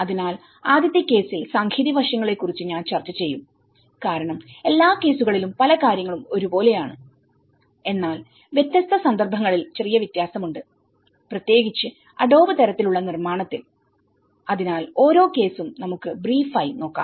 അതിനാൽ ആദ്യത്തെ കേസിൽ സാങ്കേതിക വശങ്ങളെക്കുറിച്ച് ഞാൻ ചർച്ച ചെയ്യും കാരണം എല്ലാ കേസുകളിലും പല കാര്യങ്ങളും ഒരുപോലെയാണ് എന്നാൽ വ്യത്യസ്ത സന്ദർഭങ്ങളിൽ ചെറിയ വ്യത്യാസമുണ്ട് പ്രത്യേകിച്ച് അഡോബ് തരത്തിലുള്ള നിർമ്മാണത്തിൽ അതിനാൽ ഓരോ കേസും നമുക്ക് ബ്രീഫ് ആയി നോക്കാം